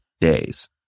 days